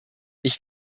ich